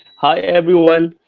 hi, everyone,